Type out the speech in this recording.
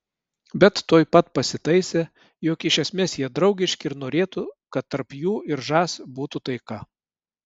bet tuoj pat pasitaisė jog iš esmės jie draugiški ir norėtų kad tarp jų ir žas būtų taika